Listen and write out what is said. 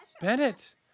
Bennett